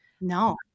No